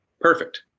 perfect